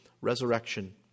resurrection